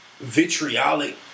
vitriolic